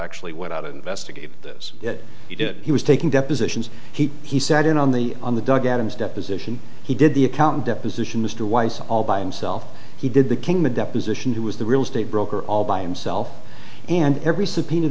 actually went out investigate this that he did he was taking depositions he he sat in on the on the dog at his deposition he did the accounting deposition mr weiss all by himself he did the king the deposition who was the real estate broker all by himself and every subpoena